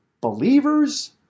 believers